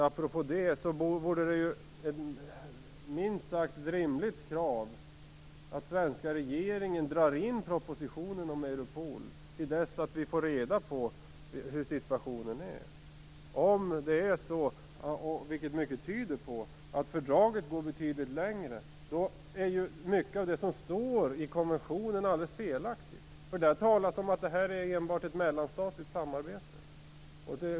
Apropå det, vore det ett minst sagt rimligt krav att den svenska regeringen drar tillbaka propositionen om Europol till dess att vi får reda på hur situationen blir. Mycket tyder på att fördraget går betydligt längre, men då är mycket av det som står i konventionen felaktigt. Där talas om att det här enbart är ett mellanstatligt samarbete.